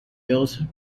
built